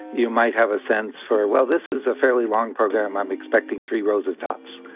you might have a sense for, well, this is a fairly long program. i'm expecting three rows of dots,